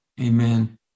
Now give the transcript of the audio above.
Amen